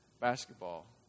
basketball